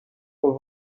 aux